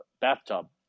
bathtub